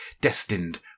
destined